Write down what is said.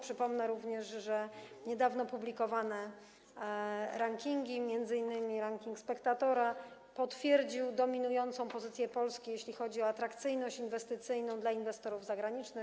Przypomnę również, że niedawno publikowane rankingi, m.in. ranking „Spectatora”, potwierdziły dominującą pozycję Polski, jeśli chodzi o atrakcyjność inwestycyjną dla inwestorów zagranicznych.